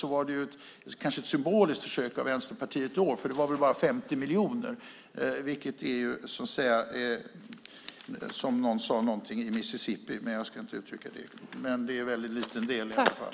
Det var kanske ett symboliskt försök av Vänsterpartiet, för det var väl bara 50 miljoner. Det är, som någon sade, som någonting i Mississippi. Men jag ska inte uttrycka det. Det är i alla fall en väldigt liten del.